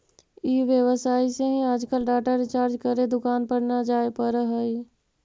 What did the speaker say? ई व्यवसाय से ही आजकल डाटा रिचार्ज करे दुकान पर न जाए पड़ऽ हई